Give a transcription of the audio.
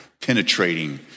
penetrating